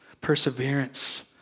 Perseverance